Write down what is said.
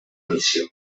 missió